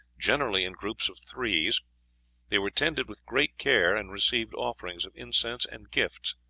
generally in groups of threes they were tended with great care, and received offerings of incense and gifts.